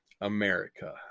America